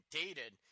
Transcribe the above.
dated